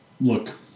look